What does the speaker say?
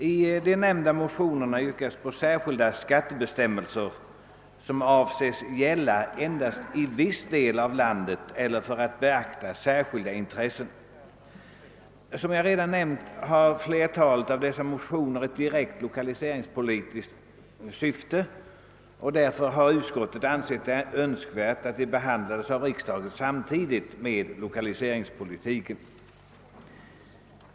I de nämnda motionerna yrkas på särskilda skattebestämmelser, som avses gälla endast i viss del av landet eller tillgodose särskilda intressen. Som jag redan påpekat har flertalet av dessa motioner ett direkt lokaliseringspolitiskt syfte, och därför har utskottet ansett det önskvärt att de behandlades i kamrarna samtidigt med lokaliseringspolitiken.